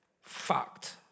fucked